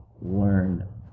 learn